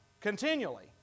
continually